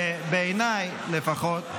ובעיניי לפחות,